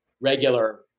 regular